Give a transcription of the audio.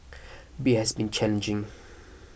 be has been challenging